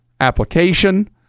application